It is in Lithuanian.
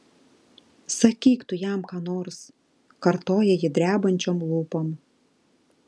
sakyk tu jam ką nors kartoja ji drebančiom lūpom